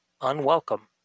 unwelcome